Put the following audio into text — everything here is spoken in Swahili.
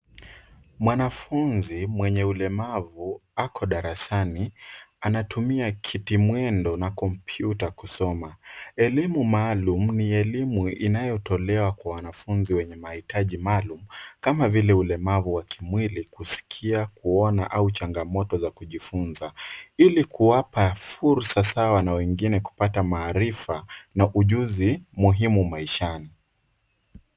Mwanafunzi mwenye ulemavu ako darasani anatumia kiti mwendo na kompyuta kusoma, elimu maalum ni elimu inayotolewa kwa wanafunzi wenye mahitaji maalum kama vile ulemavu wa kimwili kuskia, kuona au changamoto za kujifunza ili kuwapa fursa sawa na wengine kupata maarifa na ujuzi muhimu maishani.